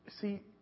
See